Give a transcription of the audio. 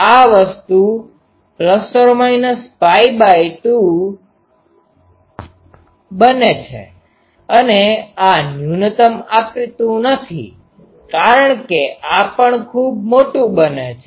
આ વસ્તુ 2 બને છે અને આ ન્યુનતમ આપતું નથી કારણ કે આ પણ ખૂબ મોટું બને છે